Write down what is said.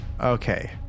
Okay